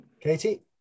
Katie